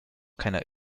keiner